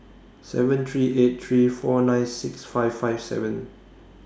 seven three eight three four nine six five five seven